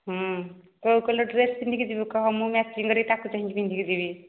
ହଁ କେଉଁ colour dress ପିନ୍ଧିକି ଯିବୁ କୁହ ମୁଁ ମ୍ୟାଚିଙ୍ଗ୍ କରିକି ତାକୁ ଚାହିଁକି ପିନ୍ଧିକି ଯିବି